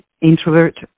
introvert